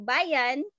Bayan